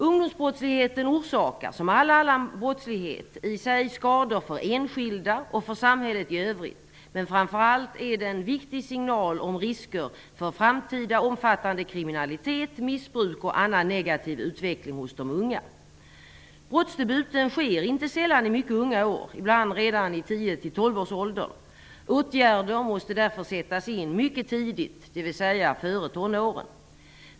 Ungdomsbrottsligheten orsakar -- som all annan brottslighet -- i sig skador för enskilda och för samhället i övrigt, men framför allt är den en viktig signal om risker för framtida, omfattande kriminalitet, missbruk och annan negativ utveckling hos de unga. Brottsdebuten sker inte sällan i mycket unga år, ibland redan i 10 till 12-årsåldern. Åtgärder måste därför sättas in mycket tidigt, dvs. före tonåren.